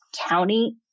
county